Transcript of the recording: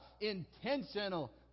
intentional